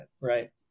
right